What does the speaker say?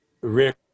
Rick